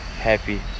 happy